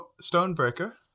Stonebreaker